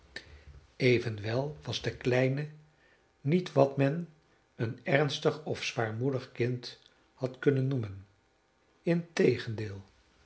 evenwel was de kleine niet wat men een ernstig of zwaarmoedig kind had kunnen noemen integendeel